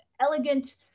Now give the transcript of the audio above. elegant